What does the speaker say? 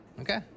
Okay